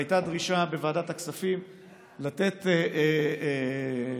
הייתה דרישה בוועדת הכספים לתת לעסקים